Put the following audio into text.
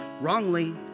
wrongly